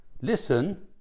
listen